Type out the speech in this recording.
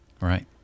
Right